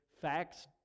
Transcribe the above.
facts